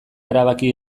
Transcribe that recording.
erabaki